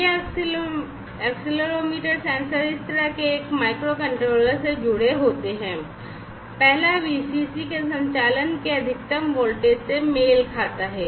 ये accelerometer sensor इस तरह से एक माइक्रोकंट्रोलर से जुड़े होते हैं पहला VCC के संचालन के अधिकतम वोल्टेज से मेल खाता है